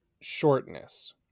shortness